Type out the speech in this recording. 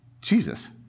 Jesus